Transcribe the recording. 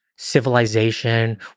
civilization